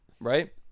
right